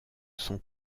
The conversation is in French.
son